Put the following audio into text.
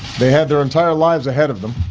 they had their entire lives ahead of them